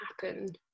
happen